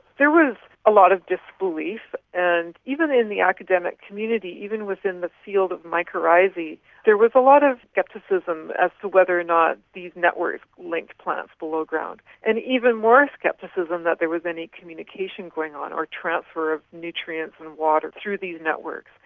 there was a lot of disbelief, and even in the academic community, even within the field of mycorrhizae, there was a lot of scepticism as to whether or not these networks linked plants below ground. and even more scepticism that there was any communication going on or transfer of nutrients and water through these networks.